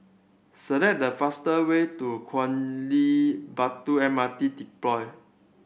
select the faster way to Batu M R T